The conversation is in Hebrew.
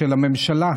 של הממשלה,